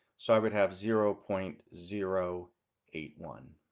so i would have zero point zero eight one.